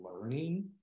learning